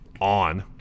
On